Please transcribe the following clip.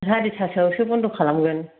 सारिथासोआवसो बन्द' खालामगोन